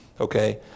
okay